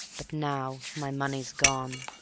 but now my money's gone,